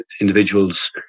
individuals